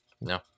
No